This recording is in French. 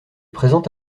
présent